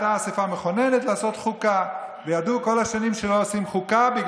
הייתה אספה מכוננת שהחליטה לעשות חוקה,